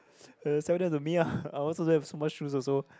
uh sell them to me ah I also don't have so much shoes also